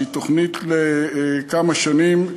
שהיא תוכנית לכמה שנים,